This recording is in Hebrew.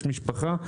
יש משפחה,